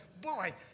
Boy